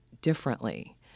differently